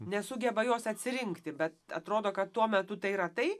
nesugeba jos atsirinkti bet atrodo kad tuo metu tai yra tai